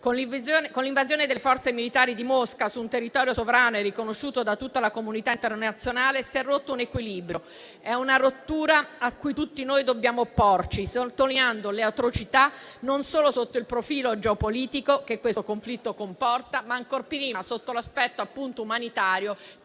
con l'invasione delle forze militari di Mosca su un territorio sovrano e riconosciuto da tutta la comunità internazionale, si è rotto un equilibrio. È una rottura a cui tutti noi dobbiamo opporci sottolineando le atrocità non solo sotto il profilo geopolitico che questo conflitto comporta, ma ancor prima sotto l'aspetto umanitario,